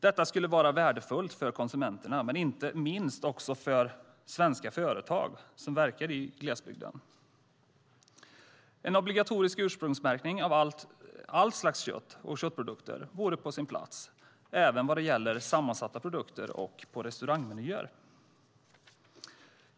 Detta skulle vara värdefullt för konsumenterna, men inte minst för de svenska företag som verkar i glesbygden. En obligatorisk ursprungsmärkning av allt slags kött och alla köttprodukter vore på sin plats även vad gäller sammansatta produkter och restaurangmenyer.